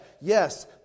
Yes